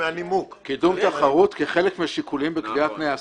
קידום תחרות כחלק מהשיקולים בקביעת תנאי הסף.